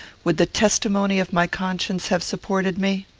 would the testimony of my conscience have supported me?